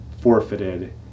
forfeited